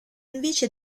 invece